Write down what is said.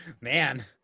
Man